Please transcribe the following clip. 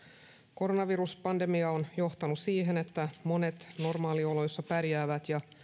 koronaviruspandemia on johtanut siihen että monet normaalioloissa pärjäävät ja